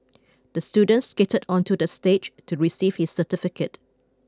the student skated onto the stage to receive his certificate